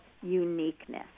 uniqueness